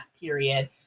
period